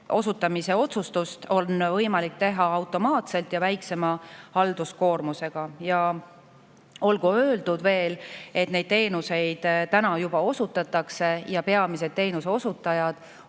ja otsustust – on võimalik teha automaatselt ja väiksema halduskoormusega. Olgu öeldud veel, et neid teenuseid juba osutatakse ja peamised teenuseosutajad